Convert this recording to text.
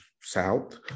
south